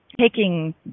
taking